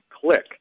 click